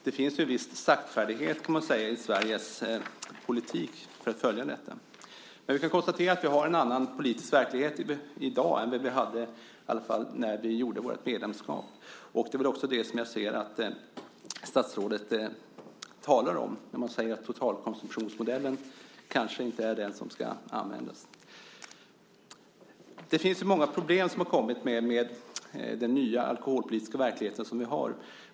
Det finns en viss saktfärdighet, kan man säga, i Sveriges politik för att följa detta. Vi kan dock konstatera att vi har en annan politisk verklighet i dag än den vi hade när vi fick vårt medlemskap. Det är väl också det statsrådet talar om när hon säger att totalkonsumtionsmodellen kanske inte är den som ska användas. Det finns många problem som har kommit med den nya alkoholpolitiska verklighet vi har.